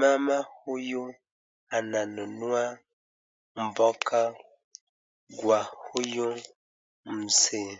,mama huyu ananunua mboga kwa huyu mzee.